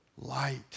Light